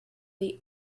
the